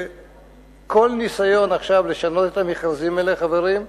וכל ניסיון עכשיו לשנות את המכרזים האלה, חברים,